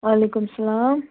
وعلیکُم سَلام